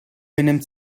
benimmt